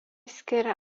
skiria